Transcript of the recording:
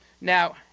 Now